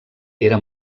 era